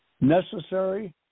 necessary